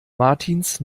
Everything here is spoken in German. martins